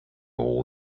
all